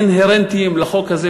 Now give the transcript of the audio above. אינהרנטיים לחוק הזה,